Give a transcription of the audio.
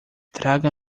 traga